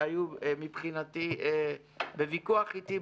שהיו מבחינתי בוויכוח איתי,